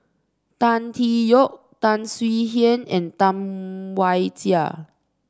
Tan Tee Yoke Tan Swie Hian and Tam Wai Jia